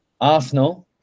Arsenal